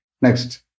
Next